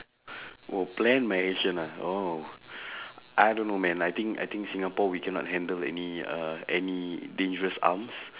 oh plan my ration ah oh I don't know man I think I think singapore we cannot handle any uh any dangerous arms